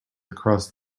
across